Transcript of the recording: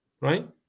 right